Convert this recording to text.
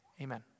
Amen